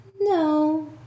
No